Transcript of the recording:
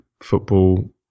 football